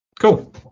Cool